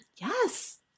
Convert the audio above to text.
Yes